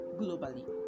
globally